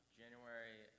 january